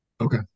Okay